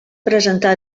presentar